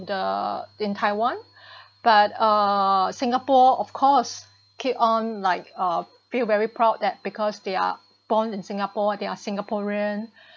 the in Taiwan but uh singapore of course keep on like uh feel very proud that because they are born in singapore they are singaporean